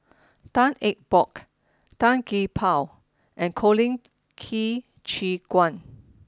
Tan Eng Bock Tan Gee Paw and Colin Qi Zhe Quan